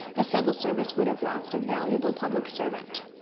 the civil service would have lost a valuable public servant.